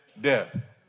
death